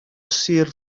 sir